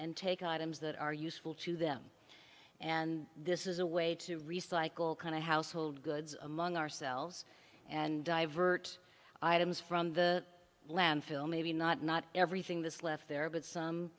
and take items that are useful to them and this is a way to recycle kind of household goods among ourselves and divert items from the landfill maybe not not everything this left there but some